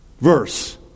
verse